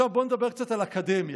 בואו נדבר קצת על אקדמיה.